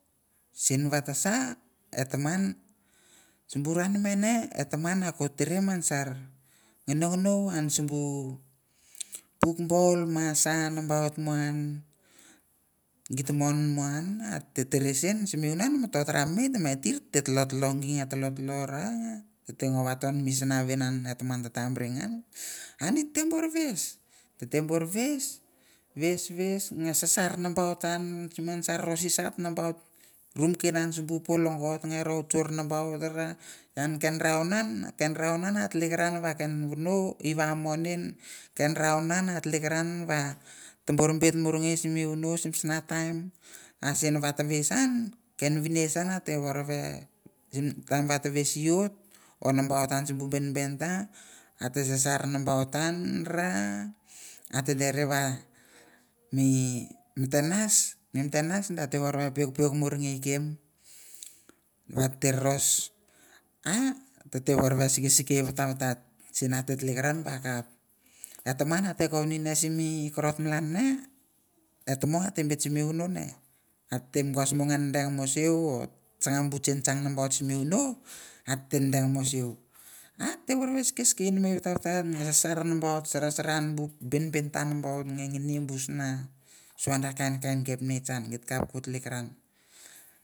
Sien vata sa, eh taman, sibu ra ne mene, eh taman ako tere man sar nginonginou an sibu pouk boul ma sa nabaot mo an. Gita mon mo an, ate tere sien, sim unan mi to tara nemei, teme tir tete tolo tolo gie, nge tolotolo ra, tete ngo vaton misana vien eh taman tete tambere ngan, atete bur view, tete bur vies, vies, vies nge sasar nabaut an, siman sar ro sisiat nabaut, rumkin an sibu po logot. ian ken round nge rou tsur nabaot, ian ken round an ken round an a telekiran va ken vono ivi amon en, ken raun an a teleikiran va tobur beit muir ngei simi vono simi sana taim. Asin vatra veis an, ken vinets an ati vor ke, sim taem vata veis an, or sibu bienbien ta, ate sasar nambaut an ra, ati deri va mi meten as, mi meten as ati vor ve peukpeuk muir ngei i kiem, vati ti ros, ah titi vor ve sikesikei vatavatat sin ati teleikiran va akap! Eh taman ate kovoni simi korot malan ne, e tomoung ate beit simi vono ne. A tete mongos nge ngeng mo seou or tsanga bu tsintsiang nabaut simi vono ate deng mo seou. Atete vorve sikesikei nemei vatavatat nge nabaot sarasara bu bienbien ta nambaot, nge ngini bu suada kepneits an giet kap ko teleikiran.